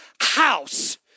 house